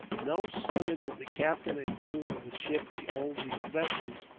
no sooner did the captain and crew of the ship behold these vessels,